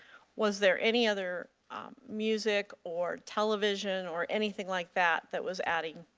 was there any other music or television or anything like that, that was adding?